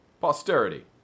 Posterity